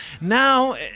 Now